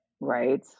right